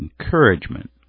encouragement